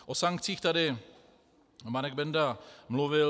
O sankcích tady Marek Benda mluvil.